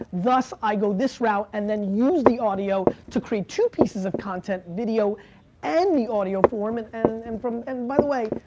thus, i go this route and then use the audio to create two pieces of content, video and the audio form, and and and and by the way,